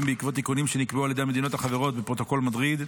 בעקבות תיקונים שנקבעו על-ידי המדינות החברות בפרוטוקול מדריד.